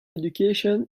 education